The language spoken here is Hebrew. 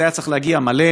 זה היה צריך להגיע מלא,